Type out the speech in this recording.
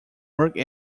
works